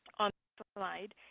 on the slide,